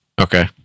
Okay